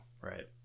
Right